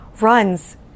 runs